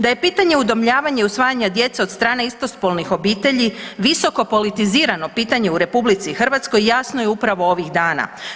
Da je pitanje udomljavanja i usvajanja djece od strane istospolnih obitelji visoko politizirano pitanje u RH jasno je upravo ovih dana.